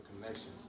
connections